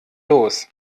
los